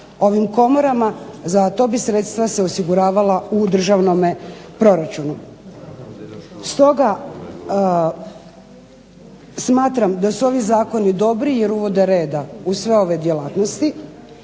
ovim komorama, za to bi sredstva se osiguravala u državnom proračunu. Stoga smatram da su ovi zakoni dobri jer uvode reda u sve ove djelatnosti,